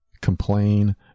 complain